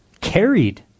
carried